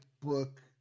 book